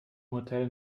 hotel